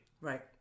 Right